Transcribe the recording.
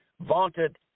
vaunted